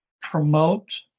promote